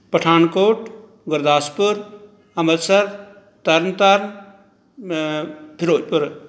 Pathankot Gurdaspur Amritsar Tarn Taran Firozpur